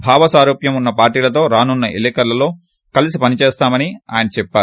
భావ స్వారుప్యం ఉన్న పార్టీలతో రానున్న ఎన్నికలలో కలసి పనిచేస్తామని ఆయన చెప్పారు